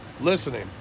listening